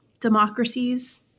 democracies